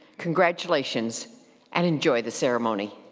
congratulations and enjoy the ceremony.